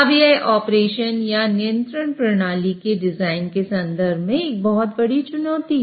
अब यह ऑपरेशन या नियंत्रण प्रणाली के डिजाइन के संदर्भ में एक बहुत बड़ी चुनौती है